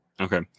okay